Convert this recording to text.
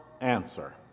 answer